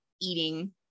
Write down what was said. eating